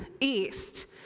east